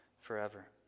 forever